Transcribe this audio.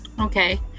Okay